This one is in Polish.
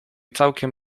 całkiem